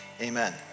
Amen